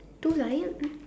two line